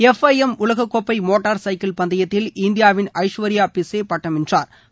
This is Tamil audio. எஃப் ஐ எம் உலக கோப்பை மோட்டார் சைக்கிள் பந்தயத்தில் இந்தியாவின் ஐஸ்வர்யா பிஸ்சே பட்டம் வென்றாா்